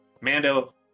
Mando